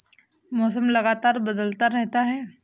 मौसम लगातार बदलता रहता है